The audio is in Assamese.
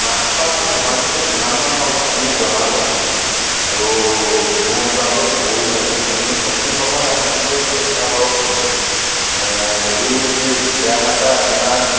মাছখোৱাৰ পৰা ধেমাজিলৈ কিমানমান ল'ব আপুনি জনাবচোন আৰু মোৰ যোৱাটো অতি প্ৰয়োজনেই আপুনি সঠিক সময়ত আহিবলৈ চেষ্টা কৰকচোন যদি বেয়া নাপায় আপোনাৰ